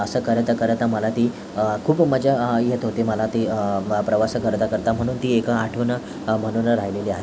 असं करता करता मला ती खूप मजा येत होती मला ती प्र प्रवास करता करता म्हणून ती एक आठवण म्हणून राहिलेली आहे